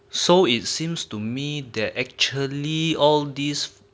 so it seems to me they're actually all these